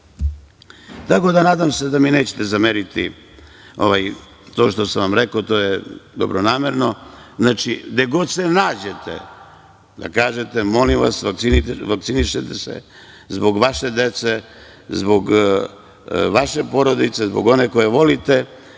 da nadam se da mi nećete zameriti to što sam vam rekao, to je dobronamerno. Znači, gde god se nađete, da kažete, molim vas, vakcinišete se, zbog vaše dece, zbog vaše porodice, zbog onih koje volite